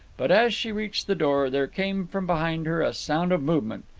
but, as she reached the door, there came from behind her a sound of movement,